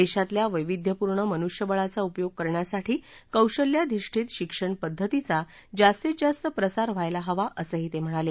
देशातल्या वैविध्यपूर्ण मनुष्यवळाचा उपयोग करण्यासाठी कौशल्याधिष्ठित शिक्षण पद्धतीचा जास्तीत जास्त प्रसार व्हायला हवा असंही ते म्हणाले